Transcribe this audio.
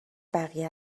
بقیه